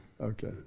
Okay